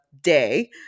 day